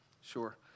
Sure